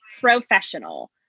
professional